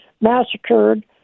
massacred